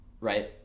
right